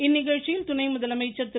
இந்நிகழ்ச்சியில் துணை முதலமைச்சர் திரு